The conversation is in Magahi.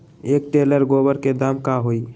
एक टेलर गोबर के दाम का होई?